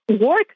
work